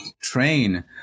train